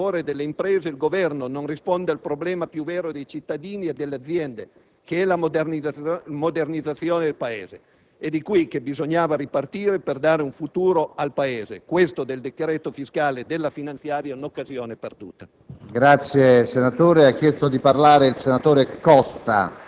E' per questo che, a fronte di una modesta quanto relativa azione in favore delle imprese, il Governo non risponde al problema più vero dei cittadini e delle aziende, che è la modernizzazione del Paese. Da qui bisognava ripartire per dare un futuro al Paese. Questa del decreto fiscale e della finanziaria è un'occasione perduta.